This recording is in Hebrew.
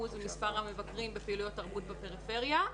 במספר המבקרים בפעילויות תרבות בפריפריה,